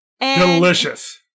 Delicious